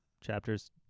chapters